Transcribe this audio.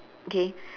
okay